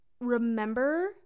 remember